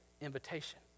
invitation